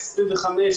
25,